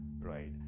right